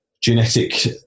genetic